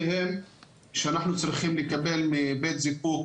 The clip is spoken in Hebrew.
שאנחנו צריכים לקבל מבית זיקוק